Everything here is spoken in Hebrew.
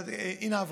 הינה אברהם.